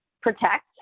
protect